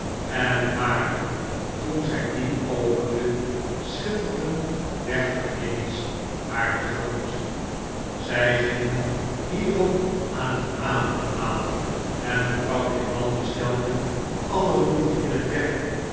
en waarlijk toen zij die opende schiterden guinjes naar te gemoet zij gingen hierop aan het avondmaal en mevrouw grimaldi stelde alle moeite in het werk